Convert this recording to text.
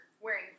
wearing